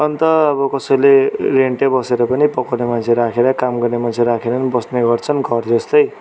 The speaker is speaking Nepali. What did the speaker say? अन्त अब कसैले रेन्ट नै बसेर पनि पकाउने मान्छे राखेर काम गर्ने मान्छे राखेर पनि बस्ने गर्छन् घर जस्तै